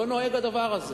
לא נוהג הדבר הזה.